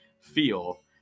feel